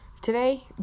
Today